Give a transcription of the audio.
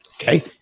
Okay